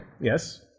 Yes